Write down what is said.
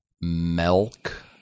milk